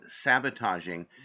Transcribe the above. sabotaging